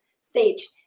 stage